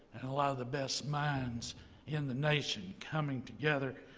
and a lot of the best minds in the nation coming together,